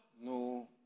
No